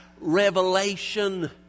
revelation